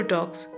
Talks